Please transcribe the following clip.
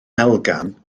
elgan